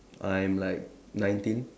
I'm like nineteen